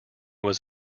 was